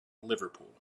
liverpool